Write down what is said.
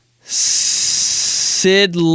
Sid